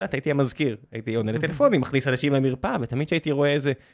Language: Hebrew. ...לאט הייתי המזכיר, הייתי עונה לטלפונים, מכניס אנשים למרפאה, ותמיד שהייתי רואה איזה...